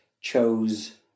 chose